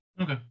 Okay